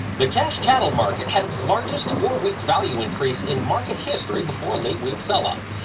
the cash cattle market had its largest four week value increase in market history before a late week sell-off.